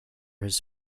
his